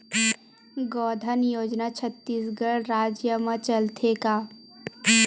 गौधन योजना छत्तीसगढ़ राज्य मा चलथे का?